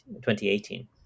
2018